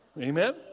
Amen